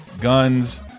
guns